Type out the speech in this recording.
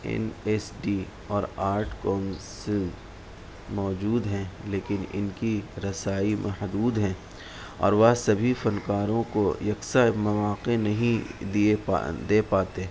N S D اور art council موجود ہیں لیکن ان کی رسائی محدود ہیں اور وہ سبھی فنکاروں کو یکساں مواقع نہیں دیے پا دے پاتے